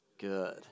good